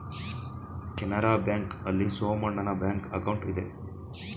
Canara bank ಆಲ್ಲಿ ಸೋಮಣ್ಣನ bank account ಇದೆ